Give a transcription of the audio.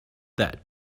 that